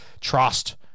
trust